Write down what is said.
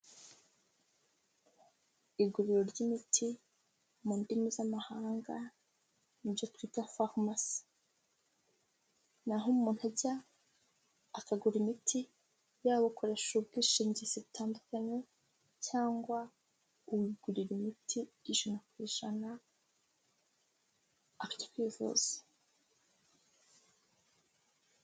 Iguriro ry'imiti mu ndimi z'amahanga, ni ibyo twita farumasi, ni aho umuntu ajya akagura imiti, yaba ukoresha ubwishingizi butandukanye cyangwa uwigurira imiti ijana ku ijana, akajya kwivuza.